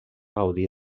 gaudir